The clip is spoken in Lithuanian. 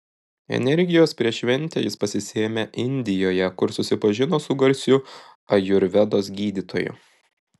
energijos prieš šventę jis pasisėmė indijoje kur susipažino su garsiu ajurvedos gydytoju